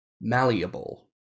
malleable